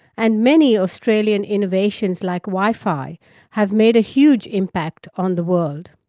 and many australian innovations like wi-fi have made a huge impact on the world.